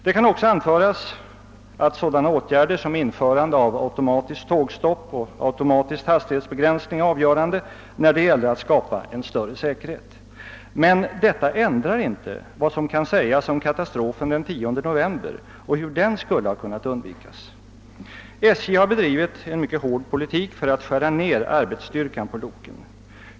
Det kan också anföras att sådana åtgärder som införande av automatiskt tågstopp och automatisk hastighetsbegränsning är avgörande när det gäller att skapa en större säkerhet. Men detta ändrar inte vad som kan sägas om katastrofen den 10 november och hur den skulle ha kunnat undvikas. SJ har bedrivit en mycket hård politik för att skära ned arbetsstyrkan på loken.